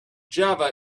java